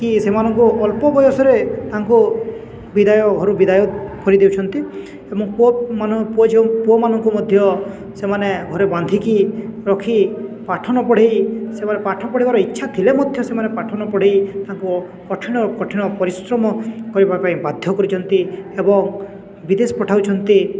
କି ସେମାନଙ୍କୁ ଅଳ୍ପ ବୟସରେ ତାଙ୍କୁ ବିଦାୟ ଘରୁ ବିଦାୟ କରିଦେଉଛନ୍ତି ଏବଂ ପୁଅ ପୁଅ ଯେଉଁ ପୁଅମାନଙ୍କୁ ମଧ୍ୟ ସେମାନେ ଘରେ ବାନ୍ଧିକି ରଖି ପାଠନପଢ଼େଇ ସେମାନେ ପାଠ ପଢ଼ିବାର ଇଚ୍ଛା ଥିଲେ ମଧ୍ୟ ସେମାନେ ପାଠ ପଢ଼େଇ ତାଙ୍କୁ କଠିନ କଠିନ ପରିଶ୍ରମ କରିବା ପାଇଁ ବାଧ୍ୟ କରିଛନ୍ତି ଏବଂ ବିଦେଶ ପଠାଉଛନ୍ତି